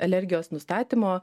alergijos nustatymo